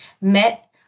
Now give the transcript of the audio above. met